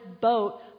boat